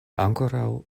ankoraŭ